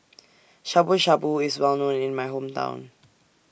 Shabu Shabu IS Well known in My Hometown